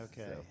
Okay